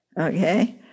Okay